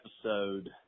episode